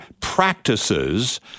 practices –